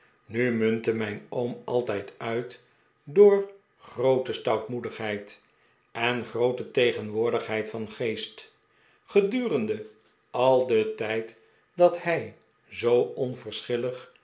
nu muntte mijn oom altijd uit door groote stoutmoedigheid en groote tegenwoordigheid van geest gedurende al den tijd r dat hij zoo